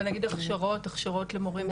אבל נגיד הכשרות, הכשרות למורים.